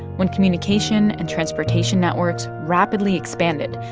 when communication and transportation networks rapidly expanded,